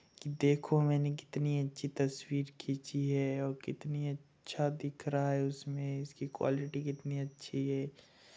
कि देखो मैंने कितनी अच्छी तस्वीर खींची है और कितनी अच्छा दिख रहा है उसमें इसकी क्वालिटी कितनी अच्छी है